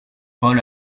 paul